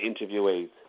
interviewees